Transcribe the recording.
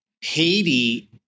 Haiti